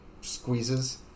squeezes